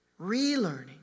relearning